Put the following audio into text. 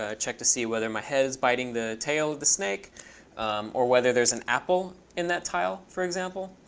ah check to see whether my head is biting the tail of the snake or whether there's an apple in that tile, for example.